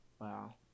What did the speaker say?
Wow